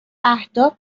اهداف